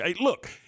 look